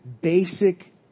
basic